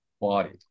body